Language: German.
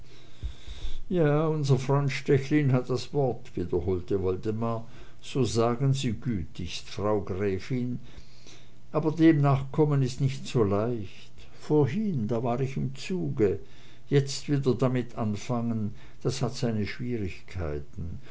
ja unser freund stechlin hat das wort wieder holte woldemar so sagen sie gütigst frau gräfin aber dem nachkommen ist nicht so leicht vorhin da war ich im zuge jetzt wieder damit anfangen das hat seine schwierigkeiten